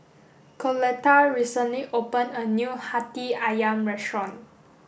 Coletta recently opened a new Hati Ayam restaurant